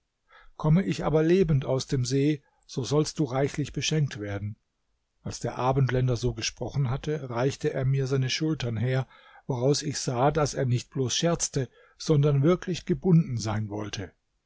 komme ich aber lebend aus dem see so sollst du reichlich beschenkt werden als der abendländer so gesprochen hatte reichte er mir seine schultern her woraus ich sah daß er nicht bloß scherzte sondern wirklich gebunden sein wollte